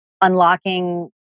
unlocking